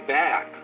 back